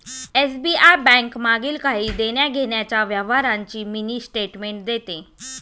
SBI bank मागील काही देण्याघेण्याच्या व्यवहारांची मिनी स्टेटमेंट देते